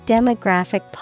Demographic